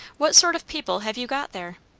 what sort of people have you got there?